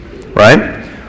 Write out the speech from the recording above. right